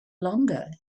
longer